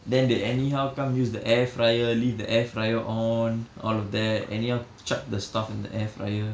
then they anyhow come use the air fryer leave the air fryer on all of that anyhow chuck the stuff in the air fryer